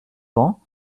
vents